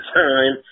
time